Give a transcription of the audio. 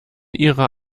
ihrer